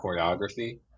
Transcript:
choreography